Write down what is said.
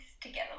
together